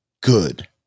good